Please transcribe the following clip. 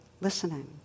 listening